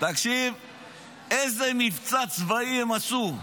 תקשיב איזה מבצע צבאי הם עשו.